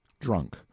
drunk